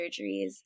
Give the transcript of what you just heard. surgeries